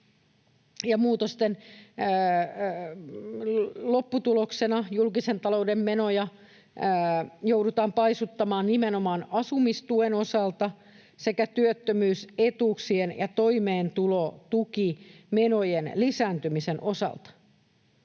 muutosten lopputuloksena julkisen talouden menoja joudutaan paisuttamaan nimenomaan asumistuen osalta sekä työttömyysetuuksien ja toimeentulotukimenojen lisääntymisen osalta.